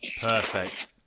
Perfect